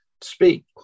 speak